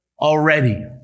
already